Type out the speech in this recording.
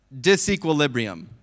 disequilibrium